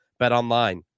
BetOnline